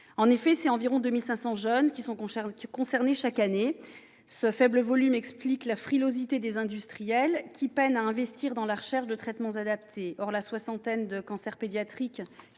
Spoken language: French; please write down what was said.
En effet, ce sont environ 2 500 jeunes qui sont concernés chaque année. Ce faible volume explique la frilosité des industriels, qui peinent à investir dans la recherche de traitements adaptés. Or la soixantaine de cancers pédiatriques